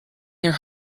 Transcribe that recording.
their